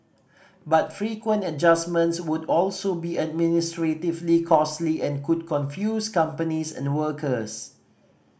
but frequent adjustments would also be administratively costly and could confuse companies and workers